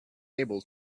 able